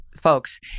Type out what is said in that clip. folks